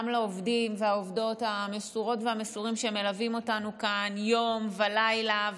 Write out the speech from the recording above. גם לעובדים והעובדות המסורות והמסורים שמלווים אותנו כאן יום ולילה,